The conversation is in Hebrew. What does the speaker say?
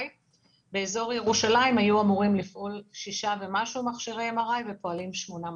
באזור ירושלים היו אמורים לפעול 6 ומשהו מכשירים ופועלים 8 מכשירים.